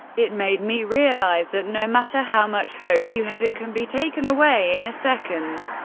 it made me realize that no matter how much hope you have it can be taken away in a second.